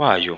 wayo.